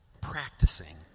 practicing